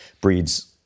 breeds